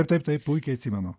taip taip puikiai atsimenu